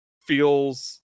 feels